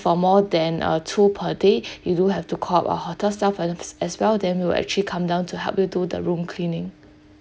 for more than uh two per day you do have to call up our hotel staff ano~ as well then we'll actually come down to help you do the room cleaning